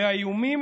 והאיומים,